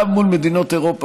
גם מול מדינות אירופה,